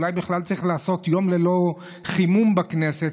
אולי בכלל צריך לעשות יום ללא חימום בכנסת,